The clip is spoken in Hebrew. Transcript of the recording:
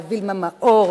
לווילמה מאור.